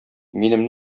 минем